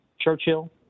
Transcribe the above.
Churchill